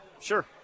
Sure